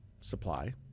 supply